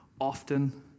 often